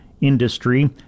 industry